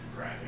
right